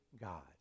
God